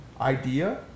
idea